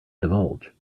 divulge